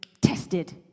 tested